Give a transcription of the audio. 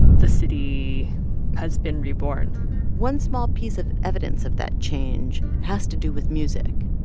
the city has been reborn one small piece of evidence of that change has to do with music,